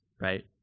right